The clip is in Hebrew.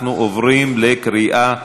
אנחנו עוברים לקריאה שלישית.